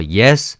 yes